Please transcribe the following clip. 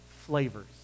flavors